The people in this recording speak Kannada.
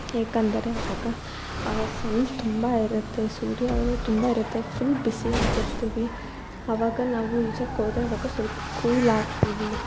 ಏಕೆಂದರೆ ಅವಾಗ ಸನ್ ತುಂಬ ಇರುತ್ತೆ ಸೂರ್ಯ ತುಂಬ ಇರುತ್ತೆ ಫುಲ್ ಬಿಸಿಯಾಗಿರ್ತಿವಿ ಅವಾಗ ನಾವು ಈಜಕ್ಕೋದರೆ ಅವಾಗ ಸಲ್ಪ ಕೂಲ್ ಆಗ್ತೀವಿ